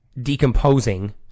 decomposing